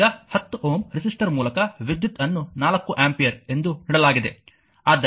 ಈಗ 10 Ω ರೆಸಿಸ್ಟರ್ ಮೂಲಕ ವಿದ್ಯುತ್ ಅನ್ನು 4 ಆಂಪಿಯರ್ ಎಂದು ನೀಡಲಾಗಿದೆ